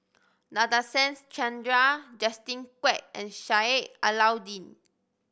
Nadasen Chandra Justin Quek and Sheik Alau'ddin